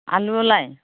आलुआलाय